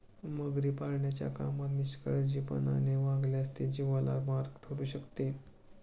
मगरी पाळण्याच्या कामात निष्काळजीपणाने वागल्यास ते जीवाला मारक ठरू शकते